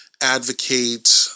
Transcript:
advocate